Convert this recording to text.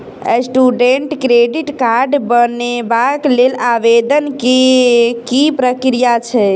Student credit card बनेबाक लेल आवेदन केँ की प्रक्रिया छै?